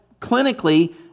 clinically